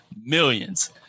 millions